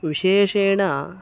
विशेषेण